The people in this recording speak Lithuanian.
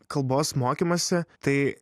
kalbos mokymąsi tai